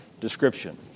description